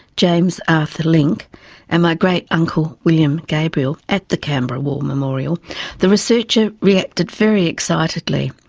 james arthur link and my great uncle william gabriel at the canberra war memorial the researcher reacted very excitedly.